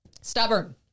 stubborn